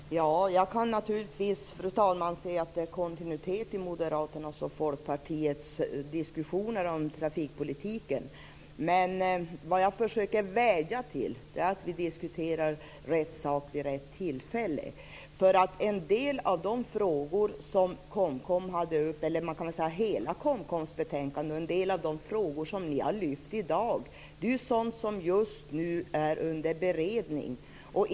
Fru talman! Jag kan naturligtvis se att det finns kontinuitet i Moderaternas och Folkpartiets diskussioner om trafikpolitiken. Det jag vädjar om är att vi skall diskutera rätt sak vid rätt tillfälle. Hela KOMKOM:s betänkande och en del av de frågor som ni har tagit upp i dag är just nu under beredning.